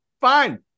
Fine